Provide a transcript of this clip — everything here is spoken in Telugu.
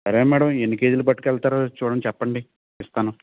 సరే మేడం ఎన్ని కేజీలు పట్టుకెళ్తారు చూడండి చెప్పండి ఇస్తాను